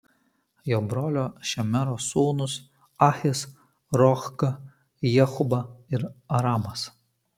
jo brolio šemero sūnūs ahis rohga jehuba ir aramas